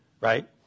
right